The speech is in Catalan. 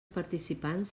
participants